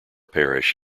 parish